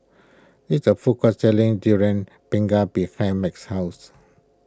there is a food court selling Durian Pengat behind Max's house